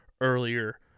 earlier